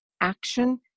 action